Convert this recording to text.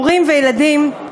הורים וילדים,